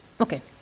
Okay